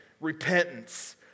repentance